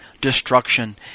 destruction